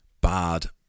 Bad